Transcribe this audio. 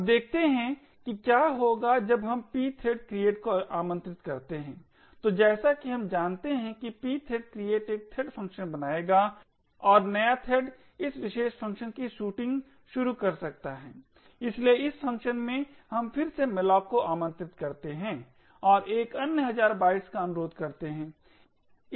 अब देखते हैं कि क्या होगा जब हम pthread create को आमंत्रित करते हैं तो जैसा हम जानते हैं कि pthread create एक थ्रेड फ़ंक्शन बनाएगा और नया थ्रेड इस विशेष फ़ंक्शन की शूटिंग शुरू कर सकता है इसलिए इस फ़ंक्शन में हम फिर से malloc को आमंत्रित करते हैं और एक अन्य हज़ार बाइट्स का अनुरोध करते हैं